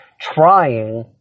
trying